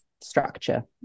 structure